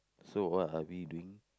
so what are we doing